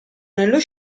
nello